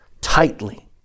tightly